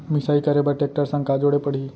मिसाई करे बर टेकटर संग का जोड़े पड़ही?